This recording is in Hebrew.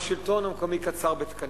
השלטון המקומי קצר בתקנים.